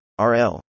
rl